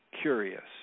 curious